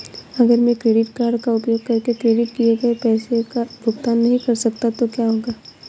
अगर मैं credit card का उपयोग करके क्रेडिट किए गए पैसे का भुगतान नहीं कर सकता तो क्या होगा?